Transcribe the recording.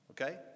okay